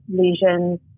lesions